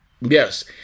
Yes